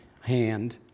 hand